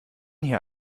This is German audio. hier